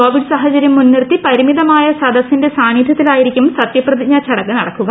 Covid സാഹചര്യം മുൻനിർത്തി പരിമിതമായ സദസിന്റെ സാന്നിദ്ധ്യത്തിലായിരിക്കും സത്യപ്രതിജ്ഞാ ചടങ്ങ് നടക്കുക